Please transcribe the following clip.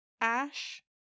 Ash